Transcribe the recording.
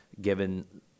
given